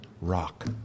rock